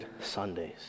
Sundays